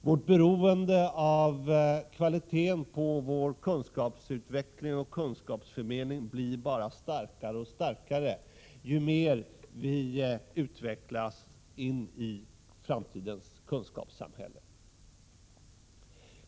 Vårt beroende av kvalitet på vår kunskapsutveckling och kunskapsförmedling blir bara starkare och starkare ju mer vi utvecklas mot framtidens kunskapssamhälle.